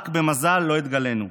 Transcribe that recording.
רק במזל לא התגלינו.